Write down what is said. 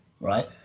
right